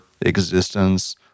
Existence